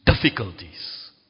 difficulties